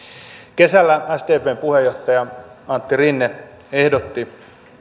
kesällä sdpn puheenjohtaja antti rinne ehdotti